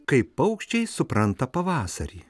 kaip paukščiai supranta pavasarį